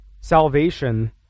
salvation